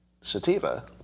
sativa